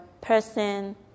person